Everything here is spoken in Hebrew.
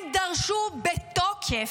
הם דרשו בתוקף,